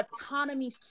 autonomy